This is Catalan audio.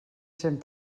cent